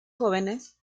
jóvenes